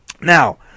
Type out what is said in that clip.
Now